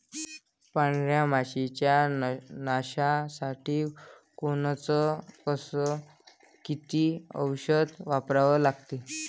पांढऱ्या माशी च्या नाशा साठी कोनचं अस किती औषध वापरा लागते?